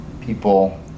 people